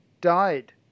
died